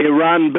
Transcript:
Iran